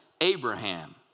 Abraham